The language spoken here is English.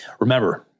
Remember